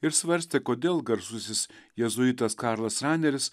ir svarstė kodėl garsusis jėzuitas karlas raneris